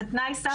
זה תנאי הסף.